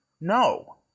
No